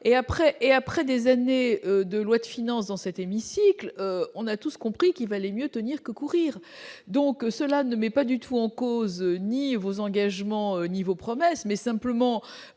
et après des années. 2 lois de finances dans cet hémicycle, on a tous compris qu'il valait mieux tenir que courir, donc cela ne met pas du tout en cause, ni vos engagements niveau promesses mais simplement